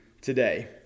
today